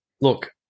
Look